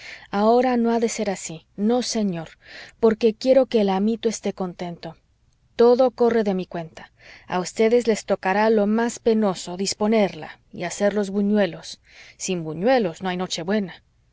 ahora no ha de ser así no señor porque quiero que el amito esté contento todo corre de mi cuenta a ustedes les tocará lo más penoso disponerla y hacer los buñuelos sin buñuelos no hay noche buena